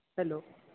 hello